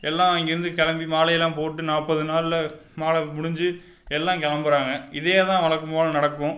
எல்லாம் இங்கேருந்து கிளம்பி மாலையெல்லாம் போட்டு நாற்பது நாளில் மாலை முடிஞ்சு எல்லாம் கிளம்புறாங்க இதே தான் வழக்கம் போல் நடக்கும்